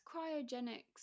cryogenics